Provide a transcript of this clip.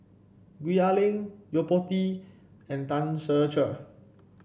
Gwee Ah Leng Yo Po Tee and Tan Ser Cher